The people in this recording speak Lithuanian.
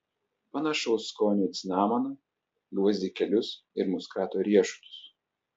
panašaus skonio į cinamoną gvazdikėlius ir muskato riešutus